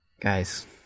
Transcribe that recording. guys